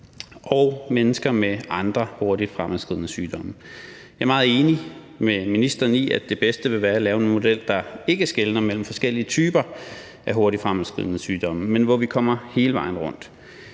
og mennesker med andre hurtigt fremadskridende sygdomme. Jeg er meget enig med ministeren i, at det bedste vil være at lave en model, der ikke skelner mellem forskellige typer af hurtigt fremadskridende sygdomme, men hvor vi kommer hele vejen rundt.